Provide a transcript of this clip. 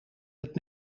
het